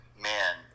man